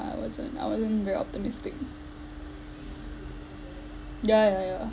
I wasn't I wasn't very optimistic ya ya ya